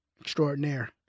Extraordinaire